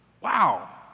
Wow